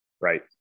Right